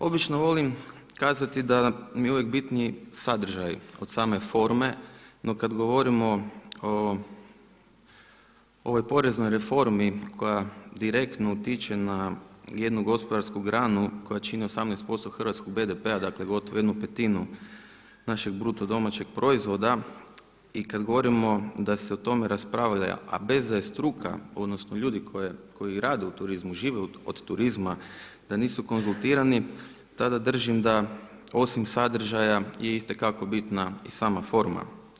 Obično volim kazati da mi je uvijek bitniji sadržaj od same forme no kada govorimo o ovoj poreznoj reformi koja direktno utječe na jednu gospodarsku granu koja čini 18% hrvatskog BDP-a, dakle gotovo jednu petinu našeg BDP-a i kada govorimo da se o tome raspravlja a bez da je struka odnosno ljudi koji rade u turizmu, žive od turizma da nisu konzultirani, tada držim da osim sadržaja je isto tako bitna i sama forma.